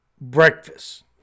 breakfast